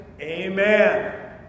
Amen